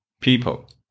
People